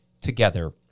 together